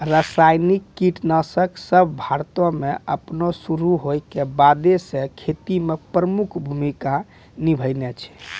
रसायनिक कीटनाशक सभ भारतो मे अपनो शुरू होय के बादे से खेती मे प्रमुख भूमिका निभैने छै